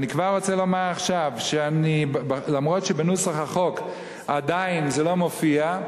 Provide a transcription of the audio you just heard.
ואני כבר רוצה לומר עכשיו שאף שבנוסח החוק עדיין זה לא מופיע,